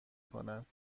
کند